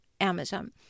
Amazon